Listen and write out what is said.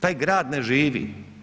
Taj grad ne živi.